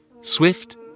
swift